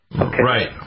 Right